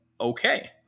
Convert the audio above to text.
okay